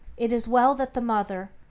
it is well that the mother,